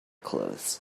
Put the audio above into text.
clothes